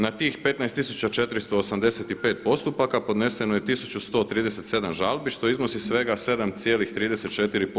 Na tih 15 tisuća 485 postupaka podneseno je tisuću 137 žalbi što iznosi svega 7,34%